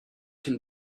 can